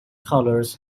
colours